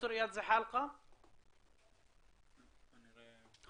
ד"ר איאד זחאלקה, שהוא מנהל בתי הדין השרעיים.